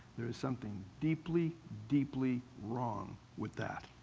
there is something deeply, deeply wrong with that.